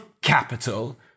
capital